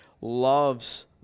loves